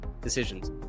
decisions